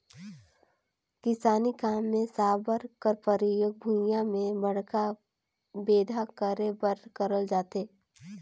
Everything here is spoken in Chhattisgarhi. किसानी काम मे साबर कर परियोग भुईया मे बड़खा बेंधा करे बर करल जाथे